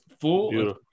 full